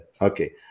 okay